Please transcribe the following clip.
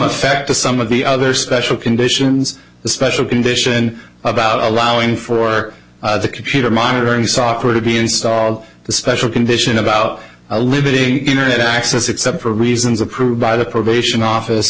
effect to some of the other special conditions the special condition about allowing for the computer monitoring software to be installed the special condition about limiting access except for reasons approved by the probation office